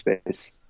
space